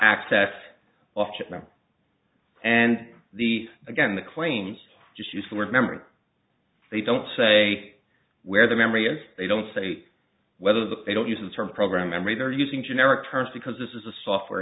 shipment and the again the claims just use the word memory they don't say where the memory is they don't say whether the they don't use the term program memory they are using generic terms because this is a software